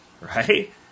right